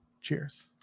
Cheers